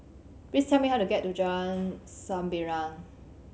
please tell me how to get to Jalan Sembilang